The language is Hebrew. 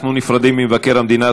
אנחנו נפרדים ממבקר המדינה.